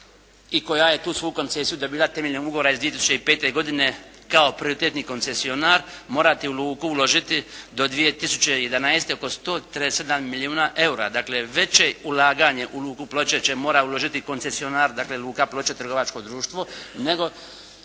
i koja je tu svoju koncesiju dobila temeljem ugovora iz 2005. godine kao prioritetni koncesionar morati u luku uložiti do 2011. oko 137 milijuna EUR-a. Dakle veće ulaganje u luku Ploče će morati uložiti koncesionar dakle Luka Ploče trgovačko društvo nego